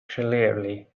clearly